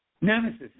Nemesis